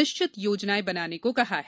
निश्चित योजनायें बनाने को कहा है